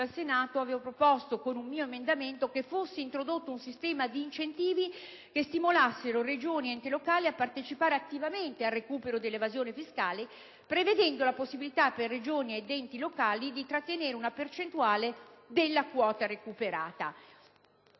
al Senato avevo proposto con un mio emendamento che fosse introdotto un sistema di incentivi che stimolassero le singole Regioni e gli enti locali a partecipare attivamente al recupero dell'evasione fiscale, prevedendo la possibilità per le Regioni e gli enti locali di trattenere una percentuale della quota recuperata.